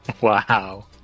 Wow